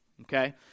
Okay